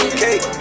cake